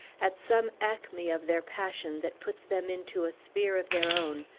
at some acme of their passion that puts them into a sphere of their own,